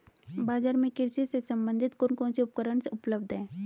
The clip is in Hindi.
बाजार में कृषि से संबंधित कौन कौन से उपकरण उपलब्ध है?